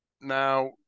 Now